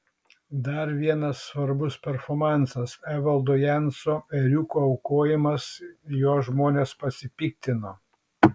dar vienas svarbus performansas evaldo janso ėriuko aukojimas juo žmonės pasipiktino